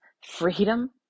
Freedom